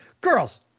girls